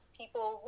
people